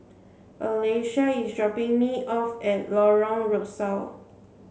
Alesha is dropping me off at Lorong Rusuk